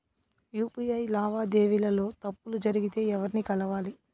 UPI లావాదేవీల లో తప్పులు జరిగితే ఎవర్ని కలవాలి?